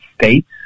states